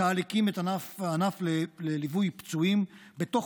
צה"ל הקים את הענף לליווי פצועים בתוך